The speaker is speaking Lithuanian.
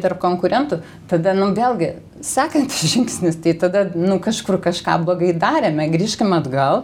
tarp konkurentų tada vėlgi sekantis žingsnis tai tada nu kažkur kažką blogai darėme grįžkim atgal